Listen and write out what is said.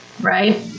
right